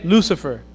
Lucifer